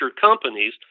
companies